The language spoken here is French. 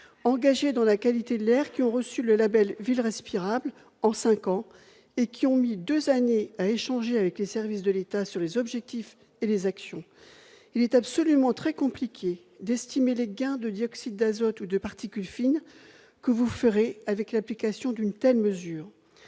de la qualité de l'air qui ont reçu le label « ville respirable » en cinq ans, après avoir mis deux ans à échanger avec les services de l'État sur les objectifs et les actions. Il est extrêmement compliqué d'estimer les gains de dioxyde d'azote ou de particules fines que vous ferez avec l'application d'une telle mesure.